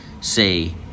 say